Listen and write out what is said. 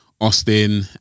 Austin